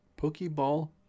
Pokeball